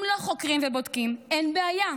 אם לא חוקרים ובודקים, אין בעיה.